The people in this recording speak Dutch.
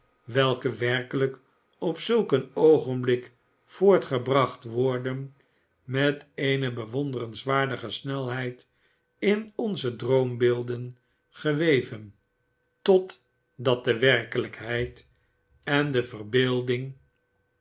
welke werkelijk op zulk een oogenblik voortgebracht worden met eene bewonderenswaardige snelheid in onze droombeelden geweven totdat de werkelijkheid en de verbeelding